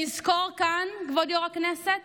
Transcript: שנזכור כאן, כבוד יו"ר הישיבה,